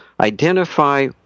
identify